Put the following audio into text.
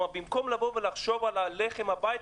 במקום לחשוב על הלחם הביתה,